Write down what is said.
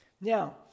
Now